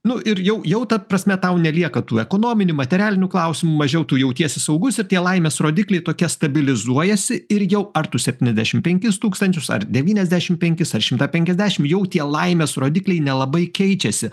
nu ir jau jau ta prasme tau nelieka tų ekonominių materialinių klausimų mažiau tu jautiesi saugus ir tie laimės rodikliai tokie stabilizuojasi ir jau ar tu septyniasdešimt penkis tūkstančius ar devyniasdešimt penkis ar šimtą penkiasdešimt jau tie laimės rodikliai nelabai keičiasi